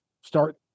start